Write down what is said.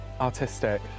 artistic